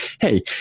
Hey